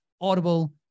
Audible